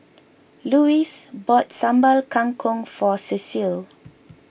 Louis bought Sambal Kangkong for Cecile